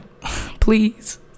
Please